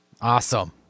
Awesome